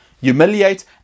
humiliate